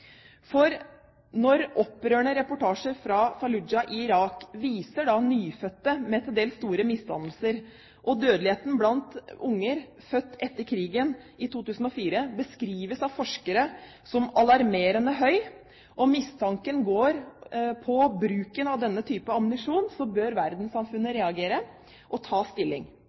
For når opprørende reportasjer fra Fallujah i Irak viser nyfødte med til dels store misdannelser, og dødeligheten blant unger født etter krigen i 2004 beskrives av forskere som alarmerende høy, og mistanken går på bruken av denne typen ammunisjon, bør verdenssamfunnet reagere og ta stilling.